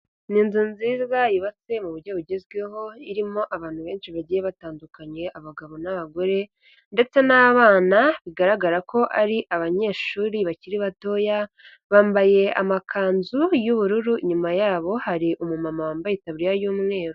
Ni inzu nziza yubatse mu buryo bugezweho, irimo abantu benshi bagiye batandukanye abagabo n'abagore ndetse n'abana, bigaragara ko ari abanyeshuri bakiri batoya, bambaye amakanzu y'ubururu, inyuma yabo hari umumama wambaye itaburiya y'umweru.